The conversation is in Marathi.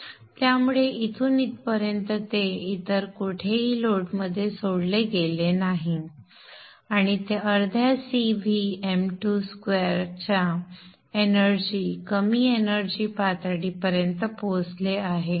त्यामुळे इथून इथपर्यंत ते इतर कोठेही लोडमध्ये सोडले गेले नाही आणि ते अर्ध्या CVm2 स्क्वेअरच्या एनर्जी कमी एनर्जी पातळीपर्यंत पोहोचले आहे